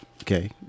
Okay